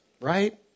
Right